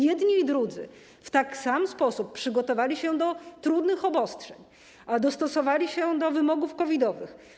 Jedni i drudzy w taki sam sposób przygotowali się do trudnych obostrzeń, dostosowali się do wymogów COVID-owych.